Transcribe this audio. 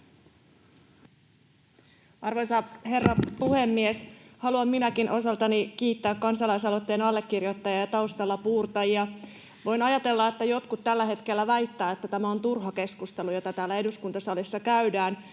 Arvoisa herra puhemies! Haluan minäkin osaltani kiittää kansalaisaloitteen allekirjoittajia ja taustalla puurtajia. Voin ajatella, että jotkut tällä hetkellä väittävät, että tämä on turha keskustelu, jota täällä eduskuntasalissa käydään,